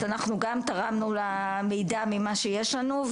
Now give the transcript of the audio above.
אנחנו גם תרמנו למידע ממה שיש לנו,